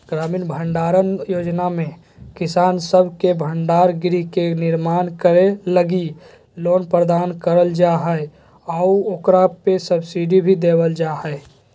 ग्रामीण भंडारण योजना में किसान सब के भंडार गृह के निर्माण करे लगी लोन प्रदान कईल जा हइ आऊ ओकरा पे सब्सिडी भी देवल जा हइ